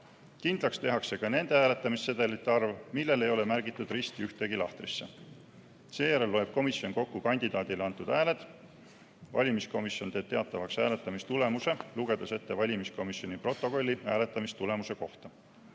Kindlaks tehakse ka nende hääletamissedelite arv, millel ei ole märgitud risti ühtegi lahtrisse. Seejärel loeb komisjon kokku kandidaadile antud hääled. Valimiskomisjon teeb teatavaks hääletamistulemuse, lugedes ette valimiskomisjoni protokolli hääletamistulemuse kohta.